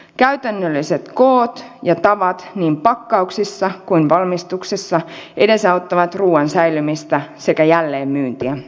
käytännölliset koot ja tavat niin pakkauksissa kuin valmistuksessakin edesauttavat ruuan säilymistä sekä jälleenmyyntiä